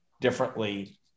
differently